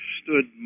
stood